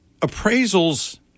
appraisals